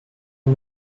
uma